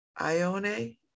Ione